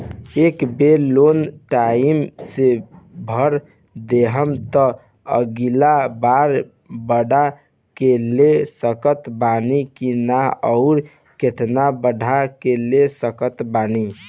ए बेर loan time से भर देहम त अगिला बार बढ़ा के ले सकत बानी की न आउर केतना बढ़ा के ले सकत बानी?